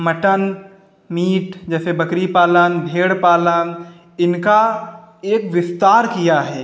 mutton meat जैसे बकरी पालन भेड़ पालन इनका एक विस्तार किया है